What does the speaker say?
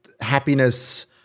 happiness